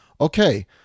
Okay